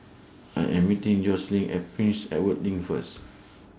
I Am meeting Jocelynn At Prince Edward LINK First